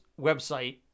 website